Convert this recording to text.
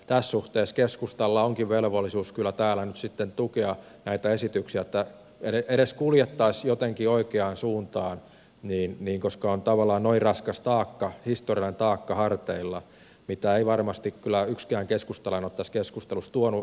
tässä suhteessa keskustalla onkin velvollisuus kyllä täällä nyt sitten tukea näitä esityksiä että edes kuljettaisiin jotenkin oikeaan suuntaan koska on tavallaan noin raskas taakka historian taakka harteilla mitä ei varmasti kyllä yksikään keskustalainen ole tässä keskustelussa tuonut omaehtoisesti esille